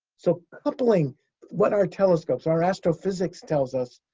so, coupling what our telescopes, our astrophysics tells us,